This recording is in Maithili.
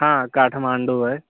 हाँ काठमाण्डू अइ